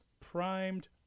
primed